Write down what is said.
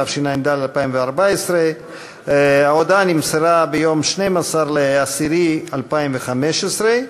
התשע"ד 2014. ההודעה נמסרה ביום 12 באוקטובר 2015,